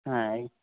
হ্যাঁ এই